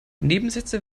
nebensätze